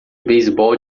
beisebol